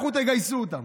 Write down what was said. לכו תגייסו אותם.